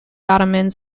ottomans